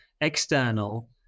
external